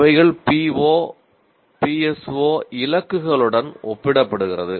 அவைகள் PO PSO இலக்குகளுடன் ஒப்பிடப்படுகிறது